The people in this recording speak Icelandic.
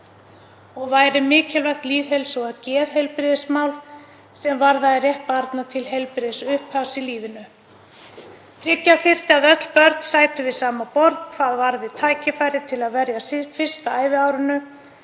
og væri mikilvægt lýðheilsu- og geðheilbrigðismál sem varðaði rétt barna til heilbrigðs upphafs í lífinu. Tryggja þyrfti að öll börn sætu við sama borð hvað varðar tækifæri til að verja fyrsta æviárinu